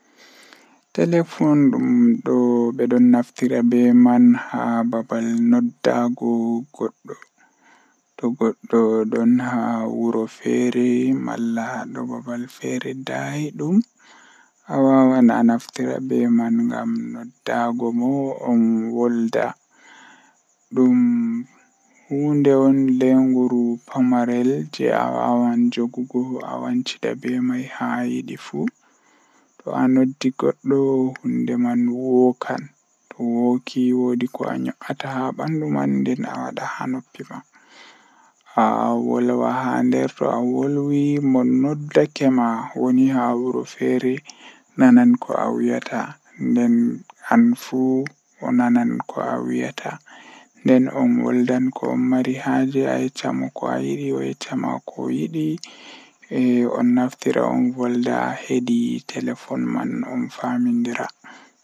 Eh wawan dasa hundeeji woodaaka haa rayuwa himbe ngam kala ko a andi haa duniyaaru fuu dum don mari laabiji maajum boddum nden don mari laabiiji woodaaka toh bannin do manma don mari boddum don mari woodaaka.